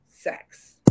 sex